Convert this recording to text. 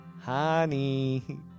honey